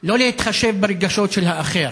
שלא להתחשב ברגשות של האחר.